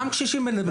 אותם קשישים,